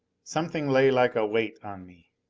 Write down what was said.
something lay like a weight on me.